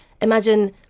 imagine